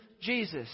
Jesus